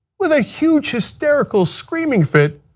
with a huge, hysterical screaming fit,